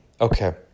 Okay